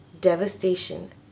devastation